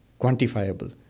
quantifiable